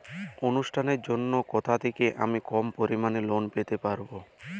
অনুষ্ঠানের জন্য কোথা থেকে আমি কম পরিমাণের লোন নিতে পারব?